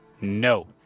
no